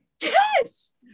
Yes